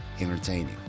entertaining